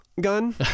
gun